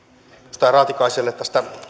raatikaiselle tästä